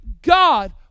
God